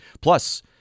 Plus